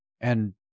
And-